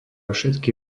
všetky